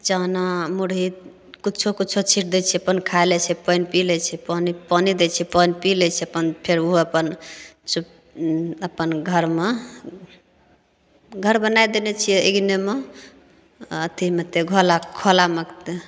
चाना मुढ़ी किछु किछु छीट दै छियै अपन खाइ लै छै पानि पी लै छै पानि दै छियै पानि पी लै छै अपन फेर ओहो अपन ओ अपन घरमे घर बनाइ देने छियै अङ्गनेमे आ अथीमे तऽ खोला खोलामे कऽ तऽ